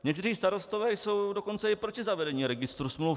Někteří starostové jsou dokonce i proti zavedení registru smluv.